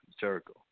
Jericho